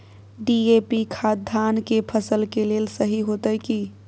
DAP खाद धान के फसल के लेल सही होतय की?